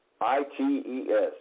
I-T-E-S